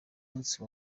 munsi